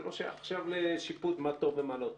זה לא שייך עכשיו לשיפוט מה טוב ומה לא טוב.